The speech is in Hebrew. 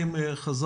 קודם כל,